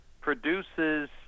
produces